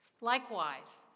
Likewise